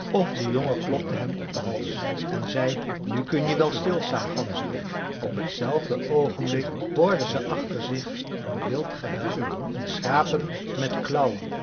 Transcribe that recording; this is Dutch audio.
of de jongen klopte hem op den hals en zei nu kun je wel stilstaan ganzerik op t zelfde oogenblik hoorden ze achter zich een wild gehuil een schrapen met